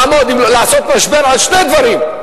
לעשות משבר על שני דברים,